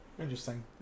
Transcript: Interesting